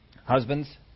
Husbands